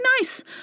nice